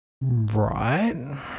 Right